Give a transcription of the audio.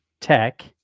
tech